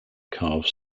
carve